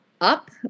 up